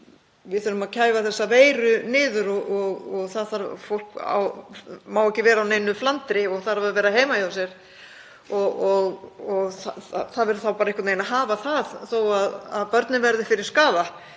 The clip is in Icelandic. Við þurfum að kæfa þessa veiru niður og fólk má ekki vera á neinu flandri og þarf að vera heima hjá sér, það verður þá bara að hafa það þó að börnin verði fyrir skaða